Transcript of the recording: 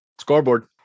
scoreboard